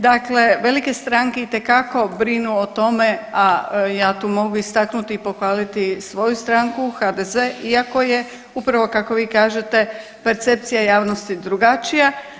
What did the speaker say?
Dakle, velike stranke itekako brinu o tome, a ja tu mogu istaknuti i pohvaliti svoju stranku HDZ iako je upravo kako vi kažete percepcija javnosti drugačija.